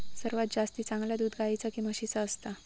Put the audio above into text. सर्वात जास्ती चांगला दूध गाईचा की म्हशीचा असता?